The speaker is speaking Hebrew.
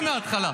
תקריא מההתחלה.